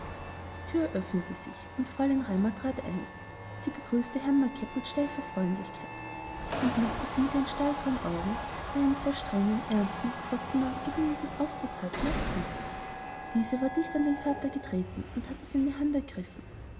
die thür öffnete sich und fräulein raimar trat ein sie begrüßte herrn macket mit steifer freundlichkeit dann blickte sie mit ihren stahlgrauen augen die einen zwar strengen ernsten trotzdem aber gewinnenden ausdruck hatten auf ilse diese war dicht an den vater getreten und hatte seine hand ergriffen